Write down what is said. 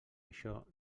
això